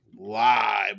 live